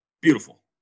Beautiful